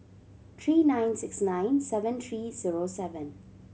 three nine six nine seven three zero seven